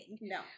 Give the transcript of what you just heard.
no